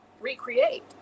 recreate